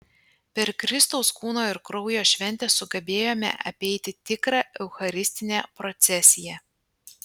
per kristaus kūno ir kraujo šventę sugebėjome apeiti tikrą eucharistinę procesiją